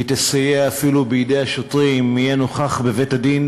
היא תסייע אפילו בידי השוטרים אם יהיה נוכח בבית-הדין